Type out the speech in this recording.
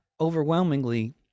Overwhelmingly